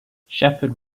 shepherd